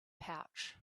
pouch